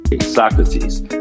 Socrates